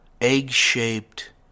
egg-shaped